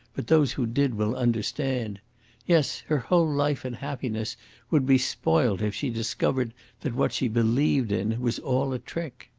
but those who did will understand yes, her whole life and happiness would be spoilt if she discovered that what she believed in was all a trick.